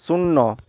শূন্য